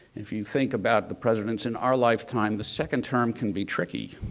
if you think about the presidents in our lifetime, the second term can be tricky,